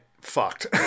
fucked